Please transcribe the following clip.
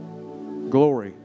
Glory